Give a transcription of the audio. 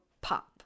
pop